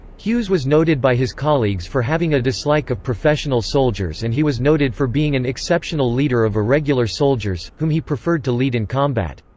hughes was noted by his colleagues for having a dislike of professional soldiers and he was noted for being an exceptional leader of irregular soldiers, whom he preferred to lead in combat.